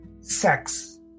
sex